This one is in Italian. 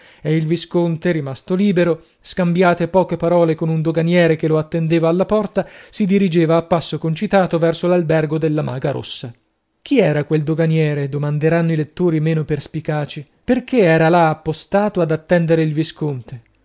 e il visconte rimasto libero scambiate poche parole con un doganiere che lo attendeva alla porta si dirigeva a passo concitato verso l'albergo della maga rossa chi era quel doganiere domanderanno i lettori meno perspicaci perché era là appostato ad attendere il visconte